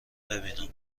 ببینم